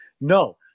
No